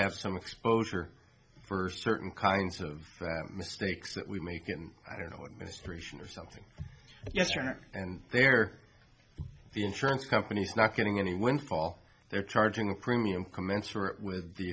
have some exposure for certain kinds of mistakes that we make and i don't know what mr asian or something yes or no and they are the insurance companies not getting any windfall they're charging a premium commensurate with the